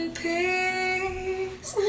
peace